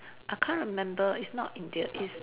I can't remember it's not India it's